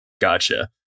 Gotcha